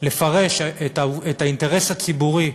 לפרש את האינטרס הציבורי,